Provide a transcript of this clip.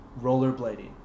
rollerblading